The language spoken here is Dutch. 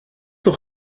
nog